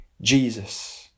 Jesus